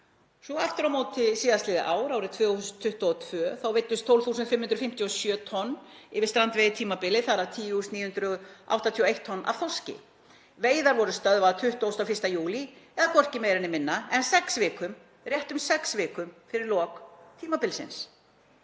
Svo aftur á móti síðastliðið ár, árið 2022, veiddust 12.557 tonn yfir strandveiðitímabilið, þar af 10.981 tonn af þorski. Veiðar voru stöðvaðar 21. júlí eða hvorki meira né minna en réttum sex vikum fyrir lok tímabilsins.